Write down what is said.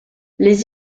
les